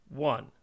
One